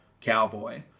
cowboy